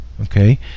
okay